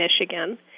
Michigan